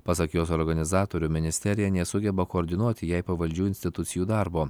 pasak jos organizatorių ministerija nesugeba koordinuoti jai pavaldžių institucijų darbo